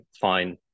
fine